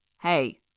Hey